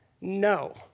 No